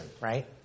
right